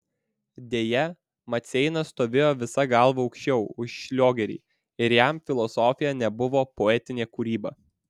deja maceina stovėjo visa galva aukščiau už šliogerį ir jam filosofija nebuvo poetinė kūryba